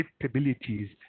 capabilities